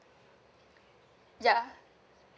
ya